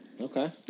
Okay